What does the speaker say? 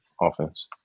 offense